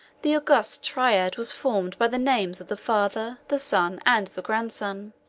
the august triad was formed by the names of the father, the son, and the grandson.